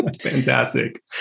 Fantastic